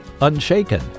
Unshaken